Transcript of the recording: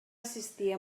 assistir